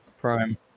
Prime